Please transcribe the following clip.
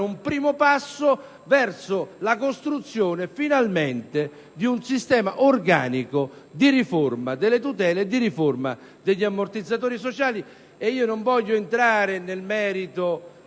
un primo passo verso la costruzione, finalmente, di un sistema organico di riforma delle tutele e degli ammortizzatori sociali. Non voglio entrare nel merito